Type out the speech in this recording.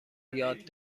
یاد